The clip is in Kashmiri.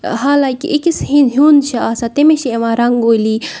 حالانکہ أکِس ہیُٚنٛد چھُ آسان تٔمِس چھِ یِوان رنگولی